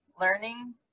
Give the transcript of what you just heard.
learning